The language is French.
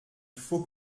faut